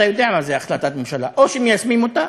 אתה יודע מה זה החלטת ממשלה: או שמיישמים אותה,